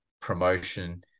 promotion